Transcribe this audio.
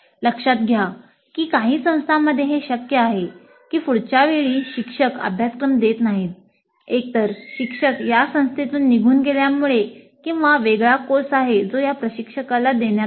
लक्षात घ्या की काही संस्थांमध्ये हे शक्य आहे की पुढच्या वेळी शिक्षक अभ्यासक्रम देत नाहीत एकतर शिक्षक या संस्थेतून निघून गेल्यामुळे किंवा वेगळा कोर्स आहे जो या प्रशिक्षकाला देण्यात आला आहे